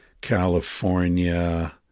California